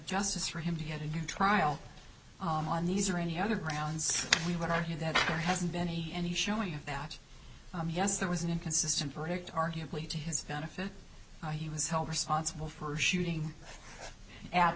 justice for him to get a new trial on these or any other grounds we would argue that there hasn't been any showing of that yes there was an inconsistent verdict arguably to his benefit he was held responsible for shooting at